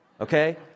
okay